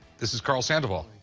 this is karl sandoval.